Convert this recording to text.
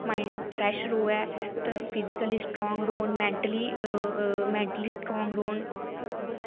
mind fresh र'वै ते physically strong रौह्न मैन्टली मैन्टली स्ट्रांग रौह्न